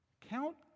count